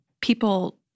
People